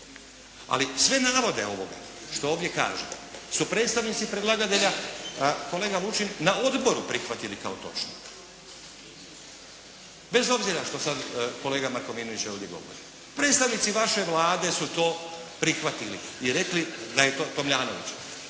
Ali sve navode ovoga što ovdje kažu, su predstavnici predlagatelja, kolega Lučin na odboru prihvatili kao točno. Bez obzira što sada kolega Markovinović ovdje govori. Predstavnici vaše Vlade su to prihvatili i rekli da je to, Tomljanović,